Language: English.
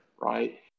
Right